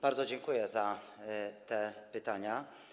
Bardzo dziękuję za te pytania.